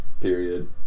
Period